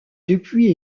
depuis